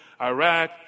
Iraq